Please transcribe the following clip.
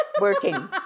Working